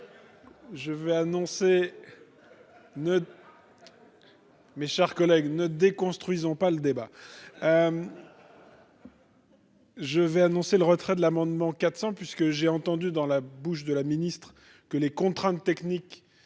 Je vais annoncer le retrait de l'amendement 400 puisque j'ai entendu dans la bouche de la ministre que les contraintes techniques